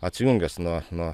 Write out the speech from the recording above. atsijungęs nuo nuo